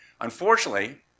unfortunately